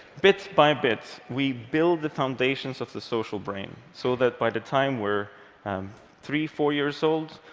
bit by bit, we build the foundations of the social brain so that by the time we're um three, four years old,